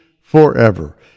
forever